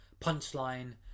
punchline